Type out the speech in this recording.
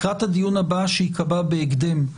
לקראת הדיון הבא שייקבע בהקדם,